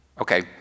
okay